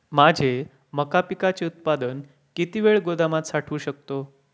माझे मका पिकाचे उत्पादन किती वेळ गोदामात साठवू शकतो?